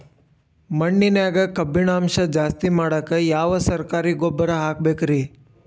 ಮಣ್ಣಿನ್ಯಾಗ ಕಬ್ಬಿಣಾಂಶ ಜಾಸ್ತಿ ಮಾಡಾಕ ಯಾವ ಸರಕಾರಿ ಗೊಬ್ಬರ ಹಾಕಬೇಕು ರಿ?